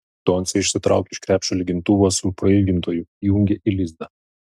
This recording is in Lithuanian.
doncė išsitraukė iš krepšio lygintuvą su prailgintoju įjungė į lizdą